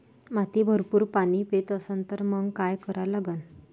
माती भरपूर पाणी पेत असन तर मंग काय करा लागन?